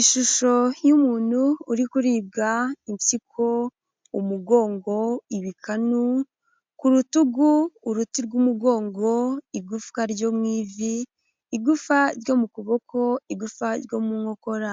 Ishusho y'umuntu uri kuribwa impyiko, umugongo, ibikanu, ku rutugu, uruti rw'umugongo, igufwa ryo mu ivi, igufa ryo mu kuboko, igufa ryo mu nkokora